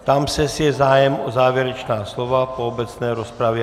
Ptám se, jestli je zájem o závěrečná slova po obecné rozpravě.